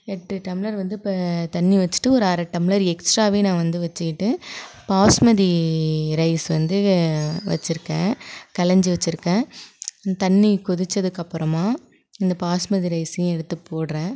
எட்டு டம்ளர் வந்து இப்ப தண்ணி வச்சிட்டு ஒரு அரை டம்ளர் எக்ஸ்ட்ராவே நான் வந்து வச்சிக்கிட்டு பாஸ்மதி ரைஸ் வந்து வச்சுருக்கேன் களஞ்சி வச்சுருக்கேன் தண்ணி கொதிச்சதுக்கு அப்புறமாக இந்தப் பாஸ்மதி ரைஸ்ஸையும் எடுத்துப் போடுறேன்